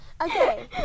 Okay